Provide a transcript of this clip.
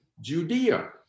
Judea